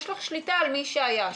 יש לך שליטה על מי שהיה שם.